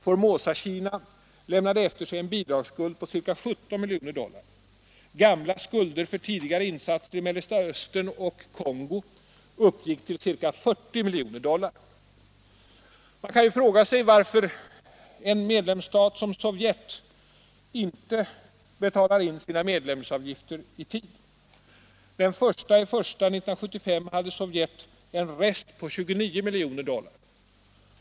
Formosakina lämnade efter sig en bidragsskuld på ca 17 milj. dollar. Gamla skulder för tidigare insatser i Mellersta Östern och Kongo uppgick till ca 40 milj. dollar. Man kan ju fråga sig varför en medlemsstat som Sovjet inte betalar in sina medlemsavgifter i tid. Den 1 januari 1975 hade Sovjet en rest på 29 milj. dollar.